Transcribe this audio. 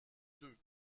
deux